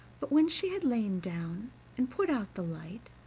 but when she had lain down and put out the light